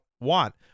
want